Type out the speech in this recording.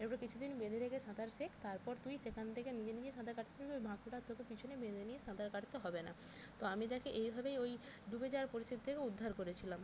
এরপর কিছু দিন বেঁধে রেখে সাঁতার শেখ তারপর তুই সেখান থেকে নিজে নিজে সাঁতার কাটতে থাকবি ওই ভাঁকুটা তোকে পিছনে বেঁধে নিয়ে সাঁতার কাটতে হবে না তো আমি তাকে এইভাবেই ওই ডুবে যাওয়ার পরিস্থিতি থেকে উদ্ধার করেছিলাম